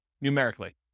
numerically